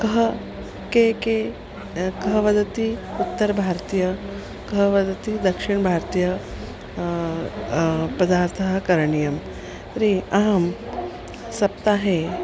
कः के के कः वदति उत्तरभारतीय कः वदति दक्षिणभारतीयं पदार्थं करणीयम् तर्हि अहं सप्ताहे